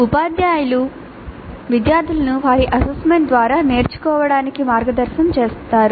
ఉపాధ్యాయులు విద్యార్థులను వారి అసెస్మెంట్ ద్వారా నేర్చుకోవడానికి మార్గనిర్దేశం చేస్తారు